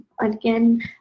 again